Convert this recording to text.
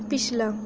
पिछला